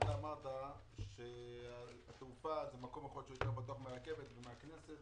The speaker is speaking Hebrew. אתה אמרת שהתעופה זה מקום שהוא יותר בטוח מהרכבת ומהכנסת,